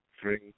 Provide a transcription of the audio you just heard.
three